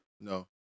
No